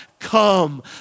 Come